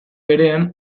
berean